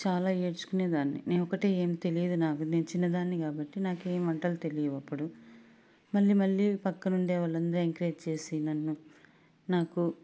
చాల ఏడ్చుకునేదాన్ని నేనొక్కటే ఏం తెలీదు నాకు నేను చిన్నదాన్ని కాబట్టి నాకేం వంటలు తెలీవు అప్పుడు మళ్లీ మళ్లీ పక్కనుండే వాళ్లంతా ఎంకరేజ్ చేసి నన్ను నాకు